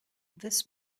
this